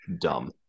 dumb